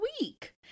week